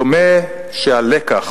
דומה שהלקח